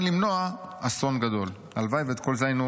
למנוע אסון גדול." הלוואי שאת כל זה היינו